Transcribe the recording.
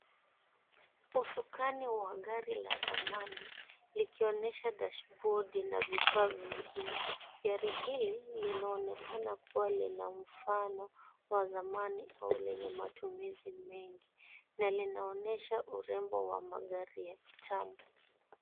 Usukani wa gari la zamani likionyesha dashibodi na vifaa vingine. Gari hili linaonekana kuwa lina mfano wa zamani au lenye matumizi mengi na linaonyesha urembo wa magari ya kitambo.